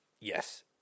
Yes